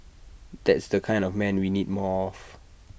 that's the kind of man we need more of